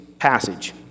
passage